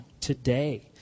today